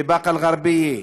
בבאקה אל ע'רביה,